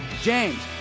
James